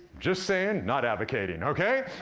just sayin', not advocating, okay?